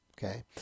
Okay